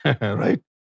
Right